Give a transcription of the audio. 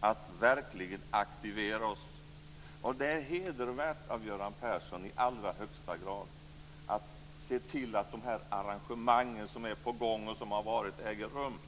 att verkligen aktivera sig. Det är i allra högsta grad hedervärt av Göran Persson att se till att de arrangemang som har varit och som är på gång äger rum.